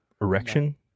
erection